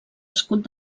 escut